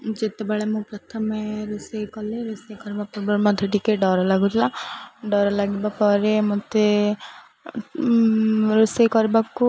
ଯେତେବେଳେ ମୁଁ ପ୍ରଥମେ ରୋଷେଇ କଲି ରୋଷେଇ କରିବା ପୂର୍ବୁରୁ ମଧ୍ୟ ଟିକେ ଡର ଲାଗୁଥିଲା ଡର ଲାଗିବା ପରେ ମୋତେ ରୋଷେଇ କରିବାକୁ